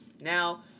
Now